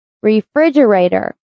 Refrigerator